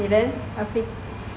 okay then afiq